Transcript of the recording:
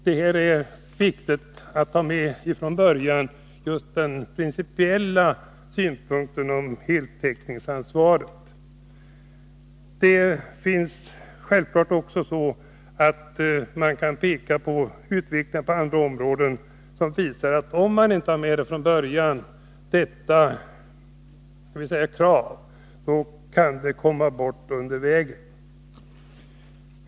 Det är viktigt att från början få med den principiella synpunkten om heltäckningsansvaret. Utvecklingen på andra områden visar, att om man inte har med detta krav från början, kan det komma bort under vägen.